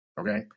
Okay